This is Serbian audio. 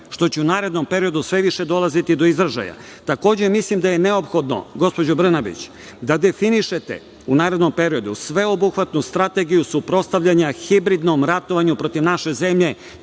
što će u narednom periodu sve više dolaziti do izražaja. Takođe, mislim da je neophodno, gospođo Brnabić, da definišete u narednom periodu sveobuhvatnu strategiju suprotstavljanja hibridnom ratovanju protiv naše zemlje,